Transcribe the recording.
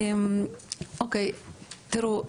תראו,